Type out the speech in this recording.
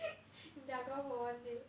jaguar for one day